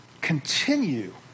continue